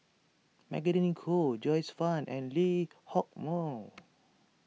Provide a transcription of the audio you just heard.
Magdalene Khoo Joyce Fan and Lee Hock Moh